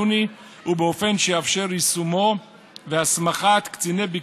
ייתן ויהיו אלה מילותיו האחרונות של המנהיג הפלסטיני הזה,